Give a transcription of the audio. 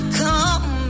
come